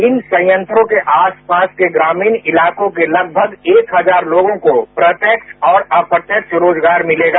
इन संयंत्रों के आसपास के ग्रामीण इलाकों के लगभग एक हजार लोगों को प्रत्यक्ष और अप्रत्यक्ष रोजगार मिलेगा